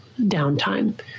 downtime